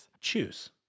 Choose